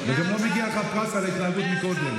וגם לא מגיע לך פרס על ההתנהגות קודם.